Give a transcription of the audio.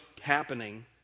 happening